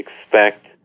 expect